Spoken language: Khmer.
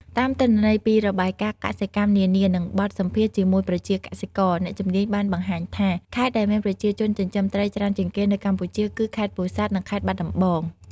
តាមទិន្នន័យពីរបាយការណ៍កសិកម្មនានា និងបទសម្ភាសន៍ជាមួយប្រជាកសិករ អ្នកជំនាញបានបង្ហាញថា ខេត្តដែលមានប្រជាជនចិញ្ចឹមត្រីច្រើនជាងគេនៅកម្ពុជាគឺ ខេត្តពោធិ៍សាត់ និង ខេត្តបាត់ដំបង។